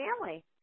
family